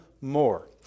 more